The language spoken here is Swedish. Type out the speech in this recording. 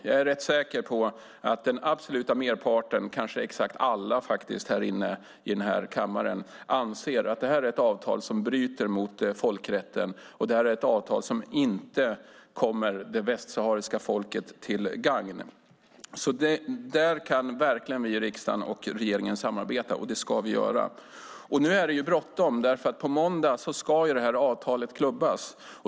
Jag är rätt säker på att den absoluta merparten, kanske exakt alla i den här kammaren, anser att det här är ett avtal som bryter mot folkrätten och att det inte kommer det västsahariska folket till gagn. Så där kan verkligen vi i riksdagen och regeringen samarbeta, och det ska vi göra. Nu är det bråttom, därför att på måndag ska avtalet klubbas.